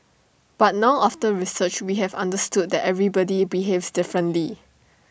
but now after research we have understood that everybody behaves differently